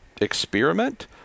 experiment